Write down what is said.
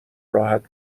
راحت